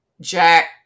Jack